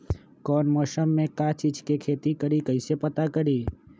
कौन मौसम में का चीज़ के खेती करी कईसे पता करी?